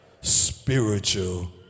spiritual